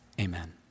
Amen